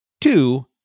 two